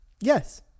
Yes